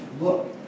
look